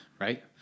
Right